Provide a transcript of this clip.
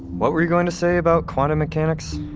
what were you going to say about quantum mechanics?